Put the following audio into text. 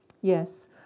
Yes